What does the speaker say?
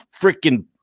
freaking